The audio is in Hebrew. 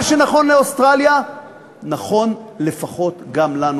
מה שנכון לאוסטרליה נכון לפחות גם לנו,